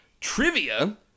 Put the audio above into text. Trivia